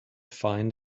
find